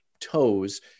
toes